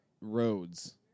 roads